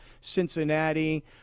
Cincinnati